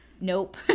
Nope